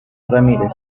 ramírez